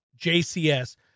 JCS